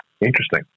Interesting